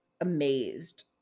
amazed